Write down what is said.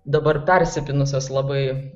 dabar persipynusios labai